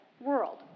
world